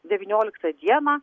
devynioliktą dieną